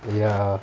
ya